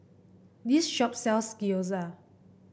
this shop sells Gyoza